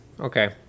Okay